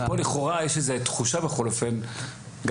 פה לכאורה יש איזה תחושה בכל אופן גם